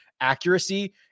accuracy